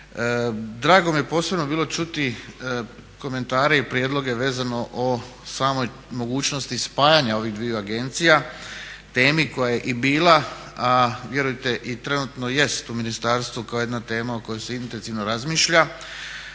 Drago mi je posebno bilo čuti komentare i prijedloge vezane o samoj mogućnosti spajanja ovih dviju agencija, temi koja je i bila a vjerujte i trenutno jest u ministarstvu kao jedna tema o kojoj se intenzivno razmišlja.